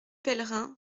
pellerin